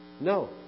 No